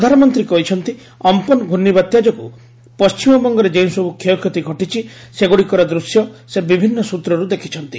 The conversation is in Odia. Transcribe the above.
ପ୍ରଧାନମନ୍ତ୍ରୀ କହିଛନ୍ତି ଅମ୍ପନ୍ ଘୂର୍ଷିବାତ୍ୟା ଯୋଗୁଁ ପଣ୍ଟିମବଙ୍ଗରେ ଯେଉଁସବ୍ କ୍ଷୟକ୍ଷତି ଘଟିଛି ସେଗୁଡ଼ିକର ଦୂଶ୍ୟ ସେ ବିଭିନ୍ନ ସୂତ୍ରରୁ ଦେଖିଛନ୍ତି